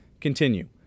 continue